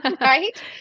right